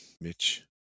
Mitch